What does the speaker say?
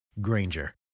Granger